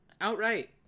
Outright